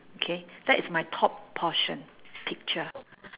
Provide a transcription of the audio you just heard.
okay that is my top portion picture